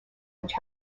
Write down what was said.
which